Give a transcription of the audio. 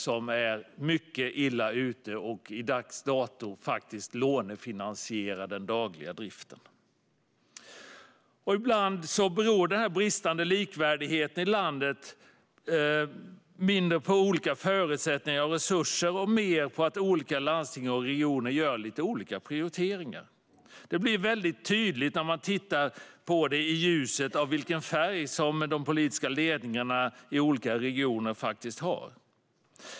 Där är man mycket illa ute och lånefinansierar faktiskt i dagens läge den dagliga driften. Ibland beror den bristande likvärdigheten i landet mindre på olika förutsättningar och resurser och mer på att olika landsting och regioner gör lite olika prioriteringar. Detta blir väldigt tydligt när man tittar på det i ljuset av vilken färg de politiska ledningarna i olika regioner har.